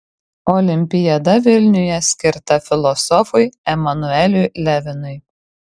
olimpiada vilniuje skirta filosofui emanueliui levinui